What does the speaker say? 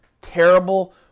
terrible